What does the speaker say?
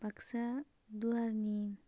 Baksa दुवारनि